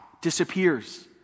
disappears